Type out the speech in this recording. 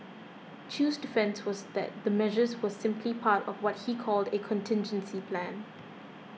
Chew's defence was that the measures were simply part of what he called a contingency plan